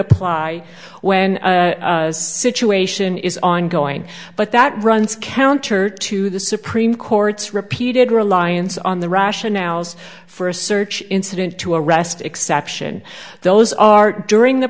apply when a situation is ongoing but that runs counter to the supreme court's repeated reliance on the rationales for a search incident to arrest exception those are during the